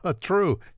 True